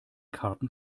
karten